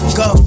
go